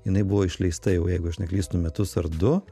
jinai buvo išleista jau jeigu aš neklystu metus ar du